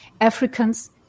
Africans